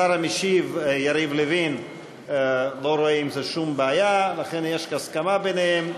השר המשיב יריב לוין לא רואה עם זה שום בעיה ולכן יש הסכמה ביניהם.